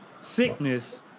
sickness